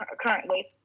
currently